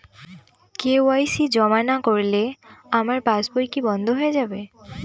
KYC জমা না করলে আমার পাসবই কি বন্ধ হয়ে যাবে?